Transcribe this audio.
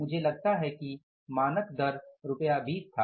मुझे लगता है कि मानक दर रुपए 20 था